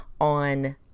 on